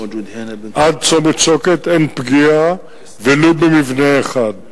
עד צומת שוקת אין פגיעה ולו במבנה אחד.